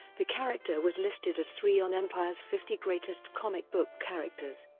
the character was listed as three on empires fifty greatest comic book characters.